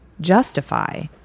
justify